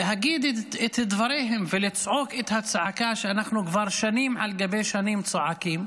להגיד את דבריהם ולצעוק את הצעקה שאנחנו כבר שנים על גבי שנים צועקים,